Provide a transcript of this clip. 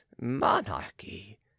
monarchy